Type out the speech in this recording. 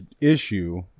issue